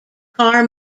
car